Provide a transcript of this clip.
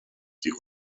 die